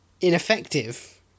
ineffective